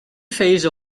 phase